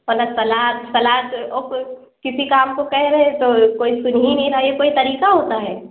plus سلاد سلاد کسی کام کو کہہ رہے تو کوئی سن ہی نہیں رہا یہ کوئی طریقہ ہوتا ہے